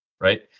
right